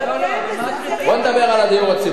בוא נדבר על הדיור הציבורי.